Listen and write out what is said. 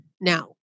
now